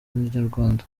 inyarwanda